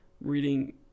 reading